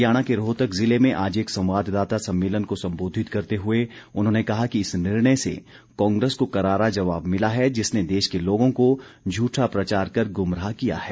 हरियाणा के रोहतक जिले में आज एक संवाददाता सम्मेलन को संबोधित करते हुए उन्होंने कहा कि इस निर्णय से कांग्रेस को करारा जवाब मिला है जिसने देश के लोगों को झूठा प्रचार कर गुमराह किया है